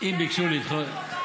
זאת הצעת חוק טובה,